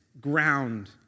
ground